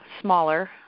smaller